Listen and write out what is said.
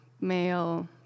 male